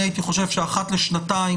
אני הייתי חושב שאחת לשנתיים,